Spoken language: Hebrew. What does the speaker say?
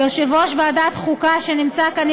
ויושב-ראש ועדת החוקה שנמצא כאן,